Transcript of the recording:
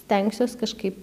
stengsiuos kažkaip